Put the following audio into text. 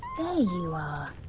and you are!